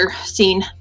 scene